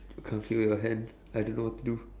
you can't feel your hand I don't know what to do